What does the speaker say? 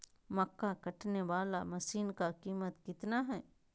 मक्का कटने बाला मसीन का कीमत कितना है?